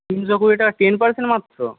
তিনশো কুড়ি টাকা টেন পার্সেন্ট মাত্র